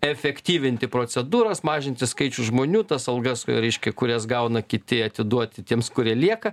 efektyvinti procedūras mažinti skaičių žmonių tas algas reiškia kurias gauna kiti atiduoti tiems kurie lieka